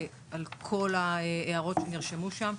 על כל ההערות שנרשמו שם.